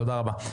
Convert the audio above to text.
תודה רבה.